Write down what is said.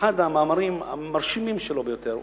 אחד המאמרים המרשימים ביותר שלו,